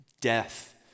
Death